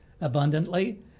abundantly